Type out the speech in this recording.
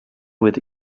with